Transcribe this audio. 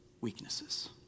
weaknesses